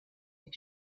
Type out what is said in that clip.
york